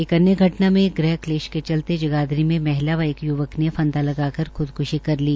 एक अन्य घटना में गृहकलेश के चलते जगाधरी में महिला व एक य्वक ने फंदा लगाकर खुदक्शी कर ली